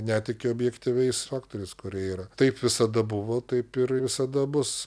netiki objektyviais faktoriais kurie yra taip visada buvo taip ir visada bus